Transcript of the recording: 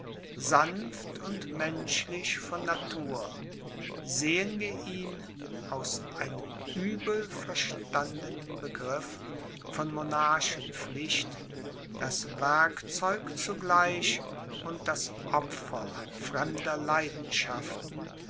sanft und menschlich von natur sehen wir ihn aus einem übel verstandenen begriff von monarchenpflicht das werkzeug zugleich und das opfer fremder leidenschaften